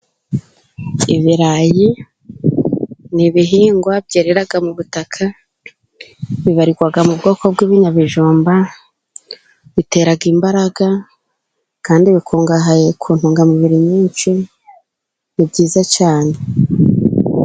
Ibirayi ni ibihingwa byerera mu butaka. Bibarirwaga mu bwoko bw'ibinyabijumba. Bitera imbaraga. Kandi bikungahaye ku ntungamubiri nyinshi ni byiza cyane.